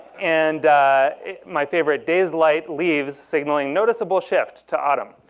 and my favorite, day's light leaves, signaling noticeable shift to autumn.